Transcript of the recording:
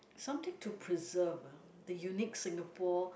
something to preserve uh the unique Singapore